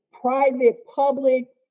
private-public